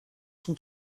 sont